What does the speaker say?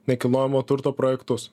nekilnojamo turto projektus